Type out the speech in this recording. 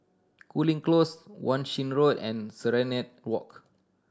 Cooling Close Wan Shih Road and Serenade Walk